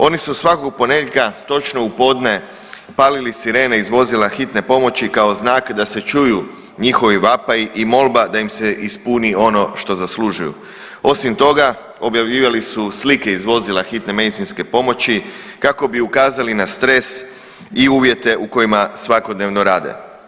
Oni su svakog ponedjeljaka točno u podne palili sirene iz vozila hitne pomoći kao znak da se čuju njihovi vapaji i molba da im se ispuni ono što zaslužuju, osim toga objavljivali su slike iz vozila hitne medicinske pomoći kako bi ukazali na stres i uvjete u kojima svakodnevno rade.